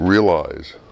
realize